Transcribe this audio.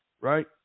right